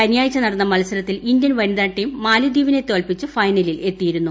ശനിയാഴ്ച നടന്ന മത്സരത്തിൽ ഇന്ത്യൻ വനിതാ ടീം മാലിദ്ധീപിനെ തോൽപ്പിച്ച് ഫൈനലിൽ എത്തിയിരുന്നു